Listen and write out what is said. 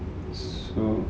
so